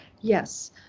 Yes